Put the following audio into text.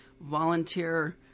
volunteer